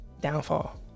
downfall